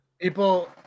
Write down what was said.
people